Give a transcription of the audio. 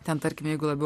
ten tarkim jeigu labiau